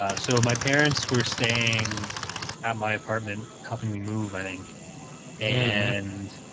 ah so my parents we're staying at my apartment helping me move i think and